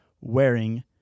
wearing